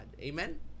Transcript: Amen